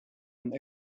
und